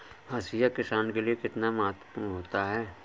हाशिया किसान के लिए कितना महत्वपूर्ण होता है?